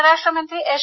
परराष्ट्र मंत्री एस